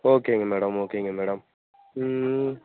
ஓகேங்க மேடம் ஓகேங்க மேடம் ம்